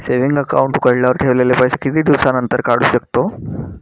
Saving account उघडल्यावर ठेवलेले पैसे किती दिवसानंतर काढू शकतो?